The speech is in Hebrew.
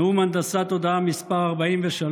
נאום הנדסת תודעה מס' 43,